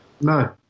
No